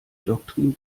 doktrin